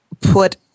put